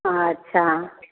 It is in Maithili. अच्छा